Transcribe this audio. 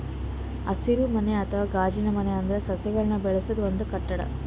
ಹಸಿರುಮನೆ ಅಥವಾ ಗಾಜಿನಮನೆ ಅಂದ್ರ ಸಸಿಗಳನ್ನ್ ಬೆಳಸದ್ ಒಂದ್ ಕಟ್ಟಡ